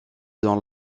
dans